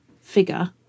figure